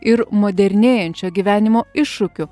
ir modernėjančio gyvenimo iššūkių